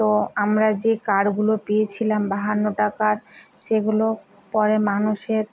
তো আমরা যে কার্ডগুলো পেয়েছিলাম বাহান্নটা কার্ড সেগুলো পরে মানুষের